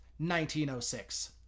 1906